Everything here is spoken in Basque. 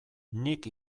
nik